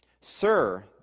Sir